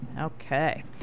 Okay